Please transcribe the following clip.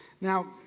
Now